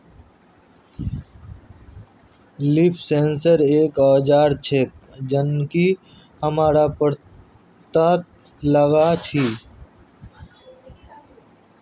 leaf sensor एक औजार छेक जननकी हमरा पत्ततात लगा छी